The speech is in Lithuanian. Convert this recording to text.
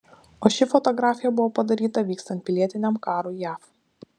o ši fotografija buvo padaryta vykstant pilietiniam karui jav